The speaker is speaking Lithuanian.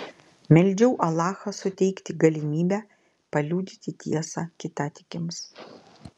meldžiau alachą suteikti galimybę paliudyti tiesą kitatikiams